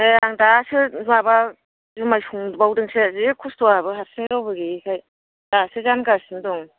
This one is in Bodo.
दे आं दासो माबा जुमाय संबावदोंसो जि खस्थ' आंहाबो हारसिं रावबो गैयिखाय दासो जानगासिनो दं